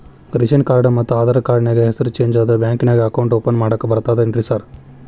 Ration card ಮತ್ತ Aadhaar card ನ್ಯಾಗ ಹೆಸರು ಚೇಂಜ್ ಅದಾ ಬ್ಯಾಂಕಿನ್ಯಾಗ ಅಕೌಂಟ್ ಓಪನ್ ಮಾಡಾಕ ಬರ್ತಾದೇನ್ರಿ ಸಾರ್?